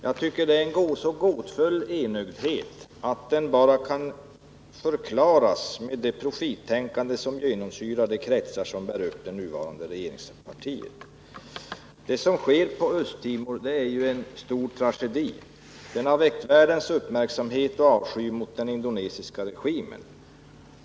Jag tycker att det är en så gåtfull enögdhet att den bara kan förklaras med det profittänkande som genomsyrar de kretsar som bär upp det nuvarande regeringspartiet. Det som sker på Östra Timor är ju en stor tragedi. Den har väckt världens uppmärksamhet och avsky mot den indonesiska regimen.